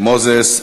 מוזס?